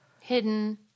Hidden